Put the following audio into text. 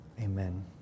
Amen